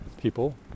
people